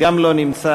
גם לא נמצא,